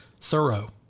thorough